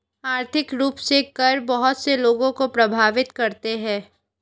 आर्थिक रूप से कर बहुत से लोगों को प्राभावित करते हैं